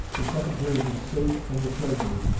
the secretaries of state and the treasury,